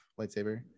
lightsaber